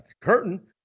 curtain